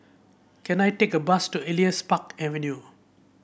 can I take a bus to Elias Park Avenue